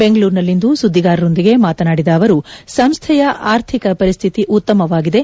ಬೆಂಗಳೂರಿನಲ್ಲಿಂದು ಸುದ್ಲಿಗಾರರೊಂದಿಗೆ ಮಾತನಾಡಿದ ಅವರು ಸಂಸ್ಥೆಯ ಆರ್ಥಿಕ ಪರಿಸ್ತಿತಿ ಉತ್ತಮವಾಗಿದೆ